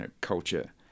culture